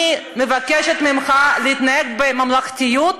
אני מבקשת ממך להתנהג בממלכתיות.